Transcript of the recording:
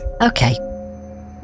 Okay